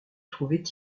trouvait